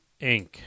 inc